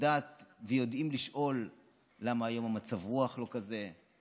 יודעת ויודע לשאול למה היום המצב רוח לא כזה.